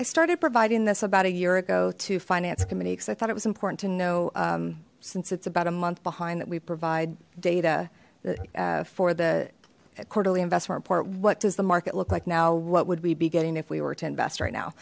i started providing this about a year ago to finance committee because i thought it was important to know since it's about a month behind that we provide data for the quarterly investment report what does the market look like now what would we be getting if we were to invest right now